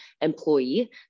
employee